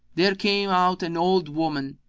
there came out an old woman,